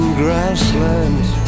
grasslands